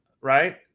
right